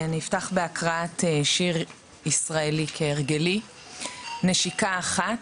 אפתח כהרגלי בהקראת שיר ישראלי נשיקה אחת,